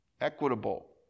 Equitable